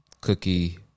cookie